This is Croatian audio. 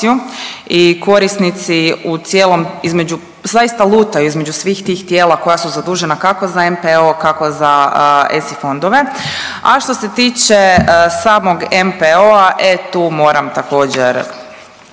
i korisnici u cijelom, između, zaista lutaju između svih tih tijela koji su zadužena, kako za NPOO, kako za ESI fondove, a što se tiče samog NPOO-a, e tu moram također,